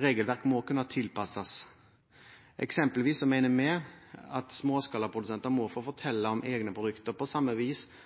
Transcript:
Regelverk må kunne tilpasses. Eksempelvis mener vi at småskalaprodusenter må få fortelle om egne produkter – på samme vis